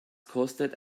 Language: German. kostet